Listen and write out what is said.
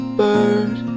bird